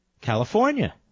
California